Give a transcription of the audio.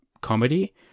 comedy